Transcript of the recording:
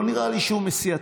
לא נראה לי שהוא מסיעתך,